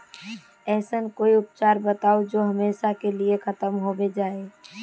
ऐसन कोई उपचार बताऊं जो हमेशा के लिए खत्म होबे जाए?